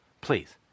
please